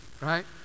Right